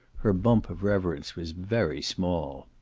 her bump of reverence was very small.